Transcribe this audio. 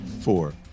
four